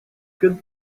good